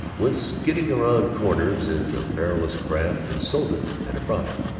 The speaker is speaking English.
went skidding round corners in the perilous craft, and sold it at a profit.